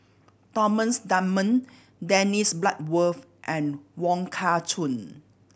Thomas Dunman Dennis Bloodworth and Wong Kah Chun